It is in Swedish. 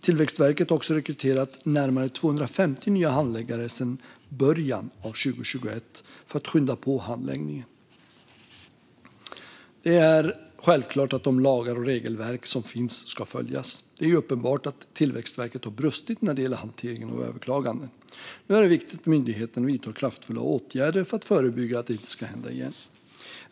Tillväxtverket har också rekryterat närmare 250 nya handläggare sedan början av 2021 för att skynda på handläggningen. Det är självklart att de lagar och regelverk som finns ska följas. Det är uppenbart att Tillväxtverket har brustit när det gäller hanteringen av överklaganden. Nu är det viktigt att myndigheten vidtar kraftfulla åtgärder för att förebygga att det händer igen.